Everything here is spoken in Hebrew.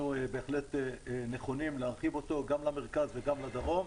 אנחנו בהחלט נכונים להרחיב אותו גם למרכז וגם לדרום,